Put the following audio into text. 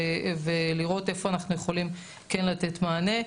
ולראות איפה אנחנו יכולים כן לתת מענה.